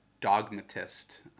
dogmatist